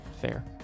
Fair